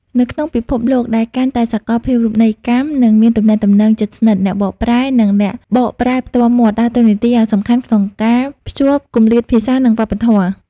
នៅក្នុងពិភពលោកដែលកាន់តែសកលភាវូបនីយកម្ម និងមានទំនាក់ទំនងជិតស្និទ្ធ អ្នកបកប្រែ និងអ្នកបកប្រែផ្ទាល់មាត់ដើរតួនាទីយ៉ាងសំខាន់ក្នុងការភ្ជាប់គម្លាតភាសា និងវប្បធម៌។